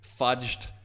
fudged